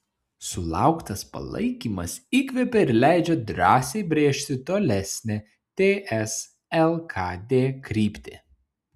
sulauktas palaikymas įkvepia ir leidžia drąsiai brėžti tolesnę ts lkd kryptį